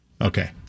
Okay